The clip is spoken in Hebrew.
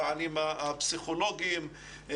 המענים הפסיכולוגיים,